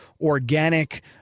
organic